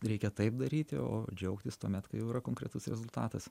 reikia taip daryti o džiaugtis tuomet kai jau yra konkretus rezultatas